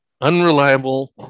unreliable